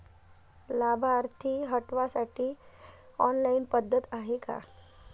लाभार्थी हटवासाठी ऑनलाईन पद्धत हाय का?